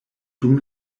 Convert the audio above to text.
dum